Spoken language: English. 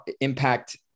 impact